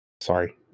sorry